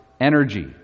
energy